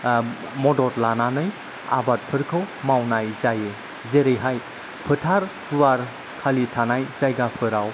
मदद लानानै आबादफोरखौ मावनाय जायो जेरैहाय फोथार गुवार खालि थानाय जायगाफोराव